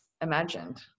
imagined